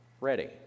ready